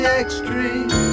extreme